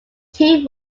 teen